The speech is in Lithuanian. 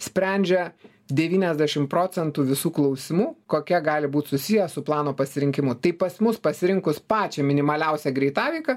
sprendžia devyniasdešim procentų visų klausimų kokie gali būti susiję su plano pasirinkimu taip pas mus pasirinkus pačią minimaliausią greitaveiką